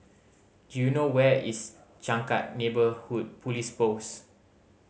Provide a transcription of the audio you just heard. do you know where is Changkat Neighbourhood Police Post